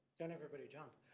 don't everybody jump.